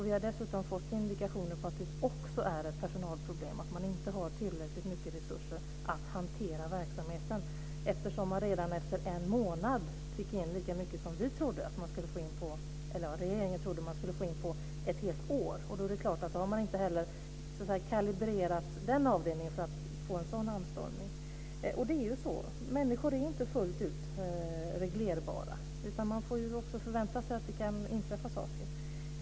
Vi har dessutom fått indikationer på att det också är ett personalproblem, att man inte har tillräckligt mycket resurser för att hantera verksamheten, eftersom man redan efter en månad fick in lika mycket som regeringen trodde att man skulle få in på ett helt år. Då är det klart att man inte heller har kalibrerat den avdelningen för en sådan anstormning. Det är ju så. Människor är inte fullt ut reglerbara. Man får också förvänta sig att det kan inträffa saker.